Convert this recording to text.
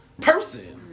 person